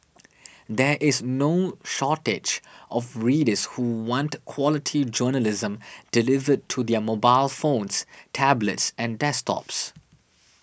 there is no shortage of readers who want quality journalism delivered to their mobile phones tablets and desktops